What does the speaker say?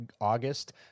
August